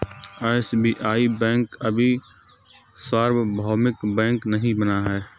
SBI bank अभी सार्वभौमिक bank नहीं बना है